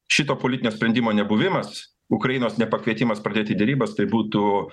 šito politinio sprendimo nebuvimas ukrainos nepakvietimas pradėti derybas tai būtų